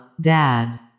dad